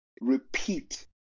repeat